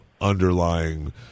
underlying